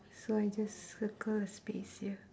so I just circle a space here